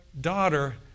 daughter